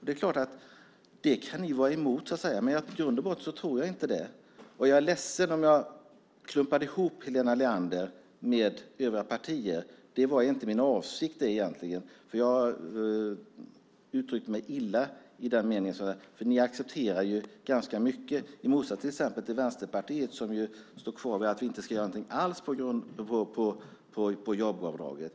Det är klart att ni kan vara emot det, men i grund och botten tror jag inte det. Jag är ledsen om jag klumpade ihop Helena Leander med övriga partier. Det var inte min avsikt. Jag uttryckte mig i den meningen illa eftersom ni accepterar ganska mycket i motsats till Vänsterpartiet. Det partiet står kvar vid att vi inte ska göra någonting alls med jobbavdraget.